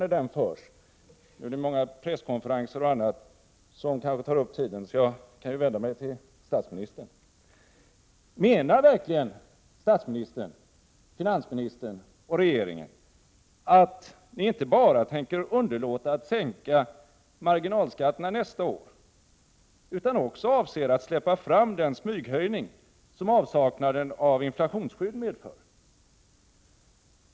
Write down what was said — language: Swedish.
Nu är det någon presskonferens som tar upp tiden, så jag vänder mig till statsministern: Menar verkligen statsministern, finansministern och regeringen att ni inte bara tänker underlåta att sänka marginalskatterna nästa år utan också avser att släppa fram den smyghöjning som avsaknaden av inflationsskydd medför?